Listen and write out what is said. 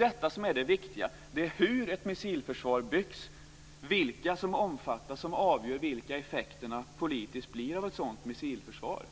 Detta är det viktiga. Det är ju hur ett missilförsvar byggs och vilka som omfattas som avgör vilka effekterna politiskt blir av ett sådant missilförsvar.